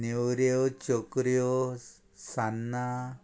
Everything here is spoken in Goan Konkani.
नेवऱ्यो चकऱ्यो सान्नां